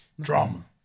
Drama